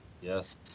Yes